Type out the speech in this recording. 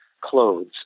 clothes